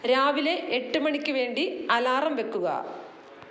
രാവിലെ എട്ട് മണിക്ക് വേണ്ടി അലാറം വയ്ക്കുക